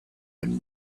and